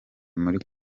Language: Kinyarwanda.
muri